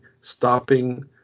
stopping